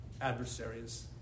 adversaries